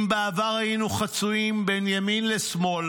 אם בעבר היינו חצויים בין ימין לשמאל